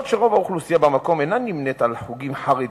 אומנם רוב האוכלוסייה במקום אינה נמנית עם חוגים חרדיים,